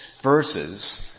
verses